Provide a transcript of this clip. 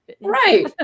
Right